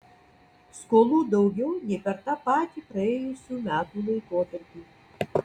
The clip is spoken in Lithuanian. skolų daugiau nei per tą patį praėjusių metų laikotarpį